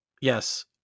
Yes